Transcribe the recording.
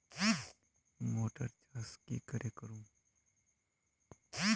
Motor चास की करे करूम?